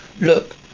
Look